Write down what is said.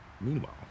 Meanwhile